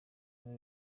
niwe